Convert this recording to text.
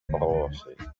brasses